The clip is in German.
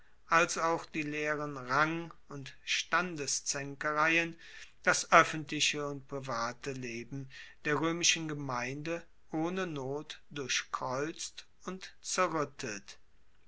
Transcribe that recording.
als auch die leeren rang und standeszaenkereien das oeffentliche und private leben der roemischen gemeinde ohne not durchkreuzt und zerruettet